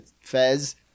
Fez